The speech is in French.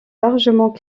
largement